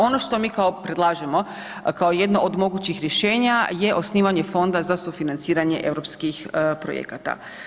Ono što mi predlažemo kao jedno od mogućih rješenja je osnivanje fonda za sufinanciranje europskih projekata.